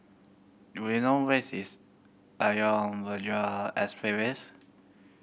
do you know where is is Ayer Rajah Expressways